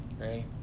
right